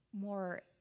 more